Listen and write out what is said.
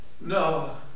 no